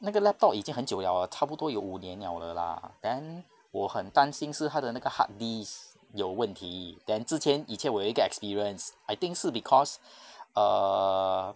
那个 laptop 已很久 liao 差不多有五年 liao 了 ah then 我很担心是它的那个 hard disk 有问题 then 之前以前我有一个 experience I think 是 because err